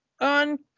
on